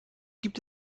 gibt